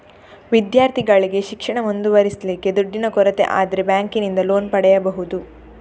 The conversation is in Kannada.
ವಿದ್ಯಾರ್ಥಿಗಳಿಗೆ ಶಿಕ್ಷಣ ಮುಂದುವರಿಸ್ಲಿಕ್ಕೆ ದುಡ್ಡಿನ ಕೊರತೆ ಆದ್ರೆ ಬ್ಯಾಂಕಿನಿಂದ ಲೋನ್ ಪಡೀಬಹುದು